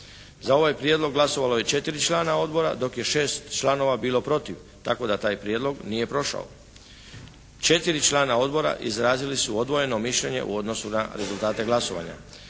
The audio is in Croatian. Za ovaj prijedlog glasovalo je četiri člana odbora dok je za šest članova bilo protiv tako da taj prijedlog nije prošao. Četiri člana odbora izrazili su odvojeno mišljenje u odnosu na rezultate glasovanja.